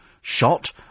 shot